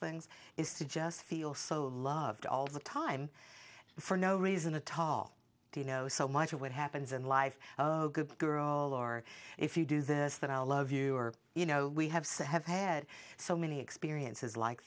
things is to just feel so loved all the time for no reason a tall you know so much of what happens in life good girl or if you do this that i love you or you know we have so i have had so many experiences like